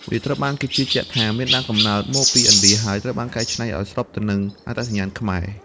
វាត្រូវបានគេជឿជាក់ថាមានដើមកំណើតមកពីឥណ្ឌា ហើយត្រូវបានកែច្នៃឱ្យស្របទៅនឹងអត្តសញ្ញាណខ្មែរ។